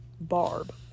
Barb